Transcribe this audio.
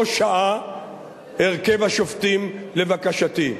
לא שעה הרכב השופטים לבקשתי.